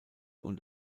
und